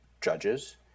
judges